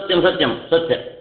सत्यं सत्यं सत्यं